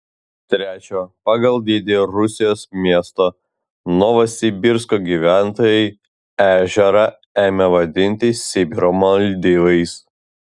trečio pagal dydį rusijos miesto novosibirsko gyventojai ežerą ėmė vadinti sibiro maldyvais